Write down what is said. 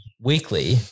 weekly